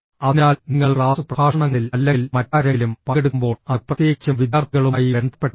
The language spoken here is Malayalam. അതിനാൽ നിങ്ങൾ ക്ലാസ് പ്രഭാഷണങ്ങളിൽ അല്ലെങ്കിൽ മറ്റാരെങ്കിലും പങ്കെടുക്കുമ്പോൾ അത് പ്രത്യേകിച്ചും വിദ്യാർത്ഥികളുമായി ബന്ധപ്പെട്ടതാണ്